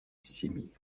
семьи